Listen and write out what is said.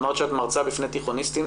אמרת שאת מרצה בפני תיכוניסטים.